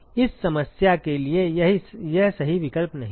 इस समस्या के लिए यह सही विकल्प नहीं है